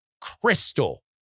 crystal